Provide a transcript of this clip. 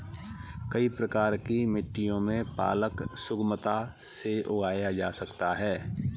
कई प्रकार की मिट्टियों में पालक सुगमता से उगाया जा सकता है